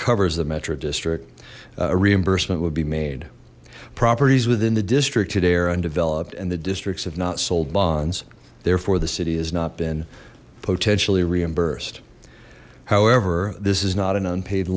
covers the metro district a reimbursement would be made properties within the district today are undeveloped and the districts have not sold bonds therefore the city has not been potentially reimbursed however this is not an unpaid